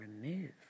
remove